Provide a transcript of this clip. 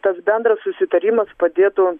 tas bendras susitarimas padėtų